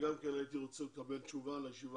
והייתי רוצה בישיבה הבאה לקבל תשובה לגבי